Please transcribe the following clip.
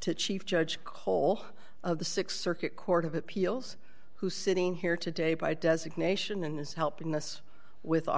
to chief judge cole of the th circuit court of appeals who's sitting here today by designation and is helping us with our